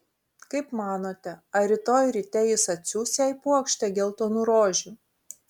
kaip manote ar rytoj ryte jis atsiųs jai puokštę geltonų rožių